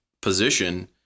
position